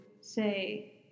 say